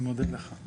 אני מודה לך.